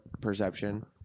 perception